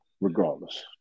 Regardless